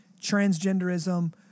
transgenderism